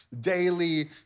daily